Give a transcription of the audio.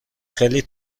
خیلی